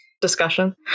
discussion